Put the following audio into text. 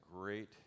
great